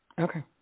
Okay